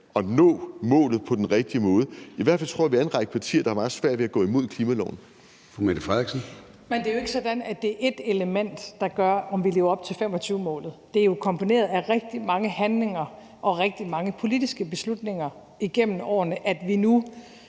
at nå målet på den rigtige måde. I hvert fald tror jeg, at vi er en række partier, der har meget svært ved at gå imod klimaloven. Kl. 13:18 Formanden (Søren Gade): Fru Mette Frederiksen. Kl. 13:18 Mette Frederiksen (S): Men det er jo ikke sådan, at det er ét element, der gør, om vi lever op til 2025-målet. Det er jo kombineret af rigtig mange handlinger og rigtig mange politiske beslutninger igennem årene, at vi nu